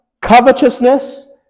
covetousness